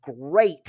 great